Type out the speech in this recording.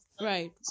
Right